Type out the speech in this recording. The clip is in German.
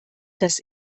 das